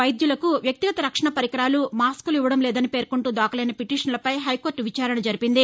వైద్యులకు వ్యక్తిగత రక్షణ పరికరాలు మాస్కులు ఇవ్వడం లేదని పేర్కొంటూ దాఖలైన పిటీషన్లపై హైకోర్ట విచారణ జరిపింది